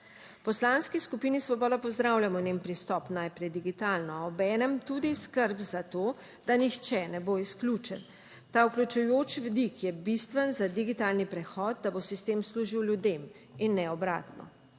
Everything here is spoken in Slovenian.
Poslanski skupini Svoboda pozdravljamo njen pristop, najprej digitalno, obenem tudi skrb za to, da nihče ne bo izključen. Ta vključujoč vidik je bistven za digitalni prehod, da bo sistem služil ljudem, in ne obratno.